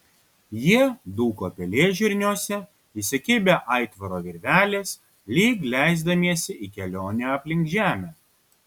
jie dūko pelėžirniuose įsikibę aitvaro virvelės lyg leisdamiesi į kelionę aplink žemę